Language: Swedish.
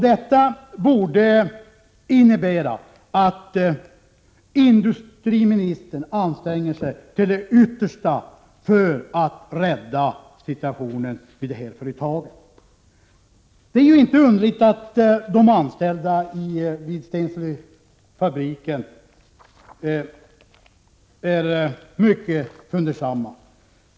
Det borde innebära att industriministern anstränger sig till det yttersta för att rädda sysselsättningen vid företaget. Det är ju inte underligt att de anställda vid Stenselefabriken är mycket fundersamma.